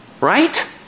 Right